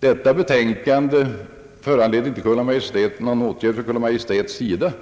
Detta betänkande föranledde inte någon åtgärd från Kungl. Maj:ts sida,